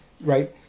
right